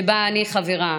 שבה אני חברה.